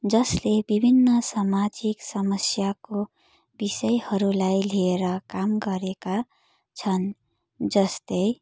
जसले विभिन्न सामाजिक समस्याको विषयहरूलाई लिएर काम गरेका छन् जस्तै